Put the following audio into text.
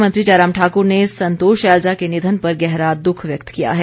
मुख्यमंत्री जयराम ठाकुर ने संतोष शैलजा के निधन पर गहरा दुख व्यक्त किया है